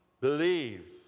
believe